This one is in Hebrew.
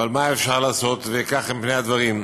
אבל מה אפשר לעשות שכך הם פני הדברים?